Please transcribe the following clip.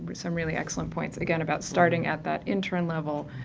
but some really excellent points again about starting at that intern level,